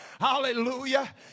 hallelujah